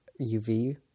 UV